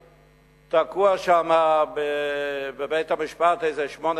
תקוע שם בבית-המשפט איזה שמונה,